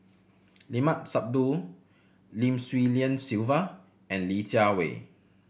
Limat Sabtu Lim Swee Lian Sylvia and Li Jiawei